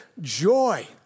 joy